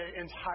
entire